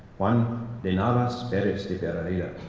juan de navas perez de but yeah